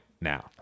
Now